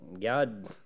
God